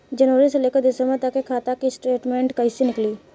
जनवरी से लेकर दिसंबर तक के खाता के स्टेटमेंट कइसे निकलि?